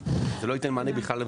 זה לא ייתן מענה בכלל.